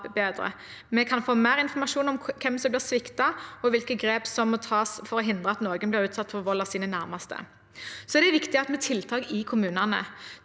Vi kan få mer informasjon om hvem som blir sviktet, og hvilke grep som må tas for å hindre at noen blir utsatt for vold fra sine nærmeste. Så er det viktig med tiltak i kommunene.